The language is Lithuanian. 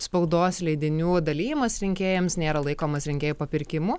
spaudos leidinių dalijimas rinkėjams nėra laikomas rinkėjų papirkimu